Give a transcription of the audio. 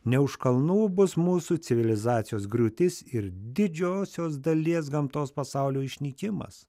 ne už kalnų bus mūsų civilizacijos griūtis ir didžiosios dalies gamtos pasaulio išnykimas